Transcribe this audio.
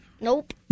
Nope